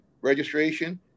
registration